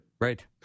Right